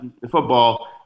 football